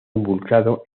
involucrado